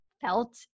felt